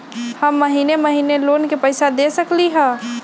हम महिने महिने लोन के पैसा दे सकली ह?